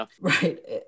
Right